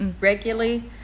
regularly